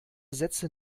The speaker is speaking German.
sätze